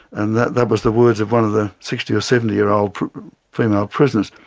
and that that was the words of one of the sixty or seventy year old female prisoners.